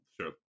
Sure